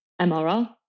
MRR